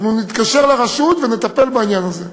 אנחנו נתקשר לרשות ונטפל בעניין הזה.